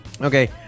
Okay